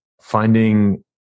finding